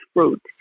fruit